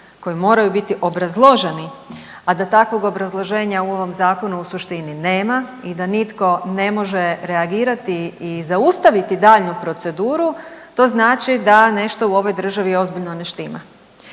koji moraju biti obrazloženi, a da takvog obrazloženja u ovom zakonu u suštini nema i da nitko ne može reagirati i zaustaviti daljnju proceduru, to znači da nešto u ovoj državi ozbiljno ne štima.